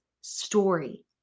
story